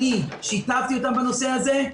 אני שיתפתי אותם בנושא הזה,